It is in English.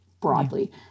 broadly